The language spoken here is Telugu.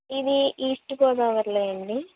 ఇది ఈస్ట్ గోదావరిలో అండి